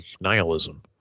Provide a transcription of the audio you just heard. nihilism